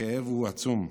הכאב הוא עצום,